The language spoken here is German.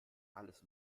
alles